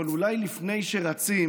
אבל אולי לפני שרצים